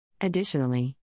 Additionally